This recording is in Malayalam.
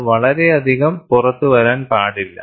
അത് വളരെയധികം പുറത്തുവരാൻ പാടില്ല